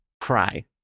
cry